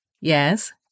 Yes